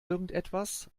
irgendetwas